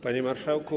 Panie Marszałku!